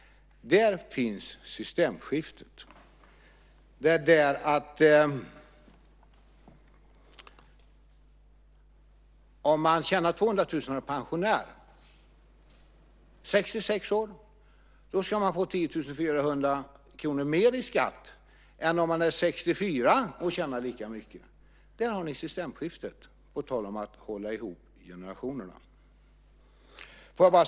Där finns systemskiftet. Om man tjänar 200 000 kr och är pensionär och är 66 år ska man få 10 400 kr mer i skatt än om man är 64 år och tjänar lika mycket. Där har ni systemskiftet, på tal om att hålla ihop generationerna.